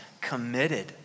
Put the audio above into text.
committed